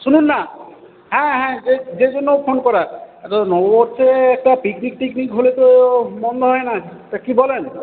শুনুন না হ্যাঁ হ্যাঁ যে যে জন্য ফোন করা নববর্ষে একটা পিকনিক টিকনিক হলে তো মন্দ হয় না তা কী বলেন